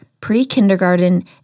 Pre-Kindergarten